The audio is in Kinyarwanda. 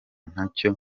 ntacyo